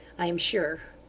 i am sure.